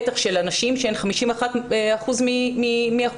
בטח של הנשים שהן 51% מהאוכלוסייה,